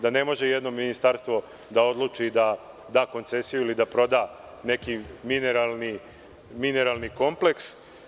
Da ne može jedno ministarstvo da odluči da da koncesiju ili da proda neki mineralni kompleks.